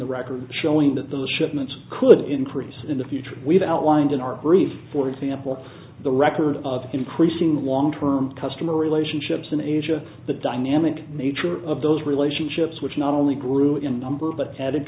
the record show those shipments could increase in the future we've outlined in our grief for example the record of increasing long term customer relationships in asia the dynamic nature of those relationships which not only grew in numbers but add